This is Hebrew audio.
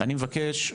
אני מבקש,